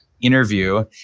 interview